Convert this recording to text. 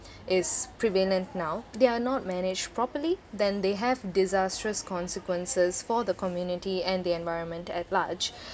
is prevalent now they are not managed properly then they have disastrous consequences for the community and the environment at large